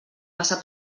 passa